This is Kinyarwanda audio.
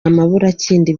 amaburakindi